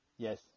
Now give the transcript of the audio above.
Yes